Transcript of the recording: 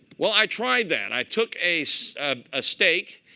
well, i tried that. i took a so ah steak,